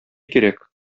кирәк